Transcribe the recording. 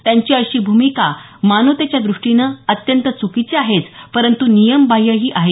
त्यांची अशी भूमिका मानवतेच्या द्रष्टीने तर अत्यंत च्कीची आहेच परंतु नियमबाह्यही आहे